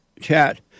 Chat